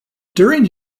during